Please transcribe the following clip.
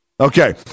Okay